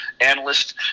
analysts